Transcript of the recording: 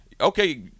Okay